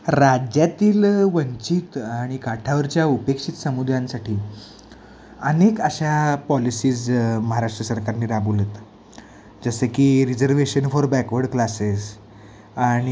राज्यातील वंचित आणि काठावरच्या उपेक्षित समुदायांसाठी अनेक अशा पॉलिसीज महाराष्ट्र सरकारने राबवलेत जसे की रिजर्वेशन फॉर बॅकवर्ड क्लासेस आणि